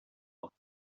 off